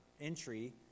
entry